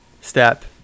step